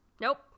nope